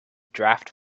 draft